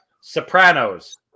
Sopranos